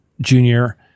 Junior